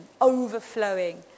overflowing